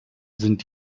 sind